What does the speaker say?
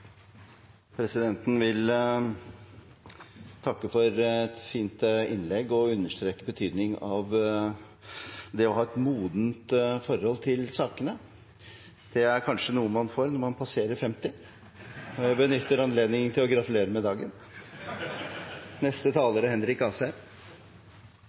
Presidenten vil takke for et fint innlegg og understreke betydningen av det å ha et modent forhold til sakene. Det er kanskje noe man får når man passerer 50, og presidenten benytter anledningen til å gratulere med dagen.